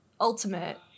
ultimate